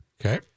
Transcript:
Okay